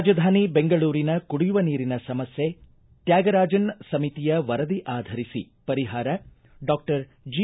ರಾಜಧಾನಿ ಬೆಂಗಳೂರಿನ ಕುಡಿಯುವ ನೀರಿನ ಸಮಸ್ಟೆ ತ್ಯಾಗರಾಜನ್ ಸಮಿತಿಯ ವರದಿ ಆಧರಿಸಿ ಪರಿಹಾರ ಡಾಕ್ಟರ್ ಜಿ